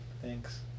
thanks